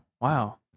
Wow